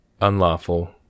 unlawful